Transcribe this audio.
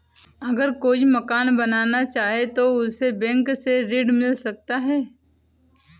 अगर कोई मकान बनाना चाहे तो उसे बैंक से ऋण मिल सकता है?